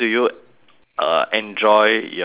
uh enjoy your